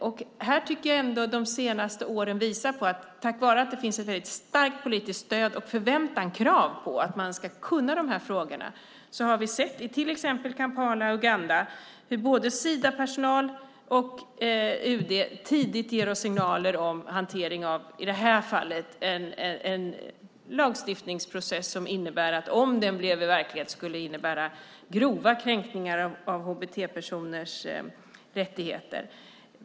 Jag tycker att de senaste åren visar på att tack vare att det finns ett starkt politiskt stöd och förväntan - krav - på att kunna frågorna har vi i till exempel i Kampala, Uganda, sett hur både Sidapersonal och UD tidigt ger oss signaler om hantering av, i det här fallet, en lagstiftningsprocess som om den blir verklighet kommer att innebära grova kränkningar av hbt-personers rättigheter.